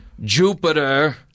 Jupiter